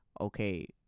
okay